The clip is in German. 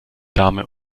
dame